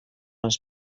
els